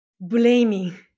blaming